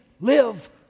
live